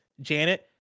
Janet